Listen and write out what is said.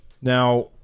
Now